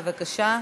בבקשה.